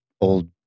old